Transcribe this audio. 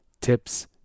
tips